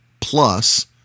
plus